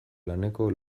laneko